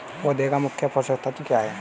पौधे का मुख्य पोषक तत्व क्या हैं?